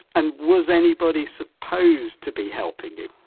and was anybody supposed to be helping you?